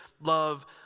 love